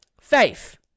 Faith